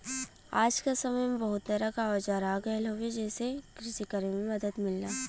आज क समय में बहुत तरह क औजार आ गयल हउवे जेसे कृषि करे में मदद मिलला